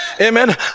Amen